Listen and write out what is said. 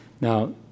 Now